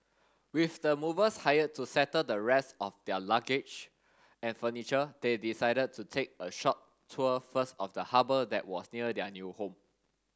with the movers hired to settle the rest of their luggage and furniture they decided to take a short tour first of the harbour that was near their new home